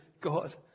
God